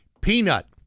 peanut